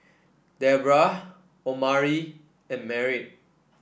Deborrah Omari and Merritt